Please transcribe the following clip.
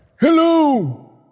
Hello